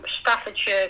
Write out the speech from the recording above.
Staffordshire